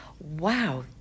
wow